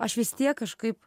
aš vis tiek kažkaip